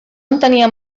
entenia